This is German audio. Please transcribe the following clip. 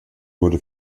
wurde